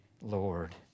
Lord